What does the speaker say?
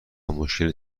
مشکل